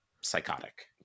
psychotic